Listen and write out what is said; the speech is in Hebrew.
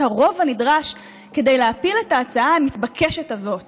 הרוב הנדרש כדי להפיל את ההצעה המתבקשת הזאת